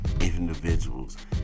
individuals